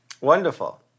Wonderful